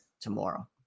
tomorrow